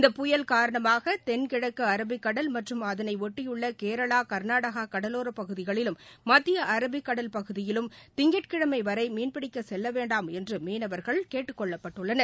இந்த புயல் காரணமாக தென்கிழக்கு அரபிக்கடல் மற்றும் அதனை ஒட்டியுள்ள கேரளா கர்நாடகா பகுதிகளிலும் மத்திய அரபிக்கடல் பகுதியிலும் திங்கட்கிழமை வரை மீன்பிடிக்க கட போர செல்லவேண்டாம் என்று மீனவர்கள் கேட்டுக்கொள்ளப்பட்டுள்ளனர்